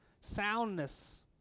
soundness